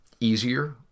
easier